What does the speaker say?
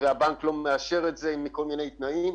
והבנק לא מאשר את זה מכול מיני תנאים,